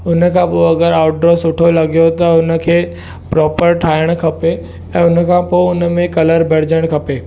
उन खां पोइ अगरि आउटड्रॉ सुठो लॻियो त हुन खे प्रॉपर ठाहिण खपे ऐं उनखां पोइ हुनमें कलर भरिजणु खपे